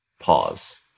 pause